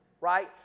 right